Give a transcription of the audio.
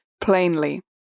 plainly